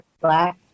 Black